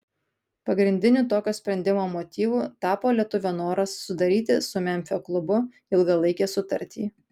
pagrindiniu tokio sprendimo motyvu tapo lietuvio noras sudaryti su memfio klubu ilgalaikę sutartį